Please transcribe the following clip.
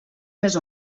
més